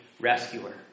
rescuer